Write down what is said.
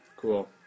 Cool